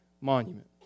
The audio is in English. monument